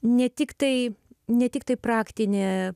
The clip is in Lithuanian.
ne tik tai ne tiktai praktinė